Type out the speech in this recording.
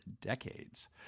decades